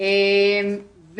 תודה רבה טל.